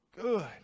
good